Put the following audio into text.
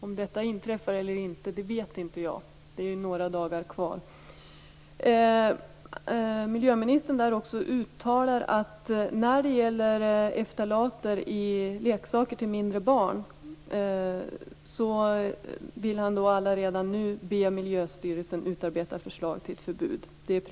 Om detta inträffar eller inte vet inte jag - det är ju några dagar kvar. Den danske miljöministern uttalar också: "När det gäller ftalater i leksaker för mindre barn, vill jag allaredan nu be Miljöstyrelsen att utarbeta ett förslag till förbud.